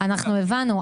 --- אנחנו הבנו,